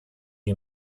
you